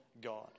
God